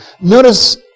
Notice